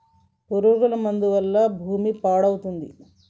పురుగుల మందు వల్ల భూమి పాడవుతుంది